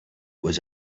was